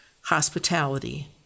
hospitality